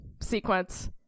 sequence